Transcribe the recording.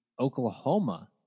Oklahoma